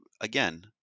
again